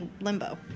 limbo